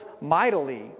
mightily